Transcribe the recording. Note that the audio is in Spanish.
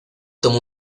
tomó